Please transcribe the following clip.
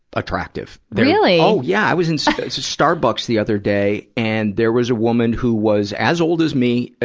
attractive. really! oh, yeah! i was in starbucks the other day, and there was a woman who was as old as me, ah,